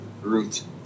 root